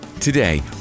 Today